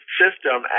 system